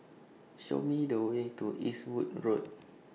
Show Me The Way to Eastwood Road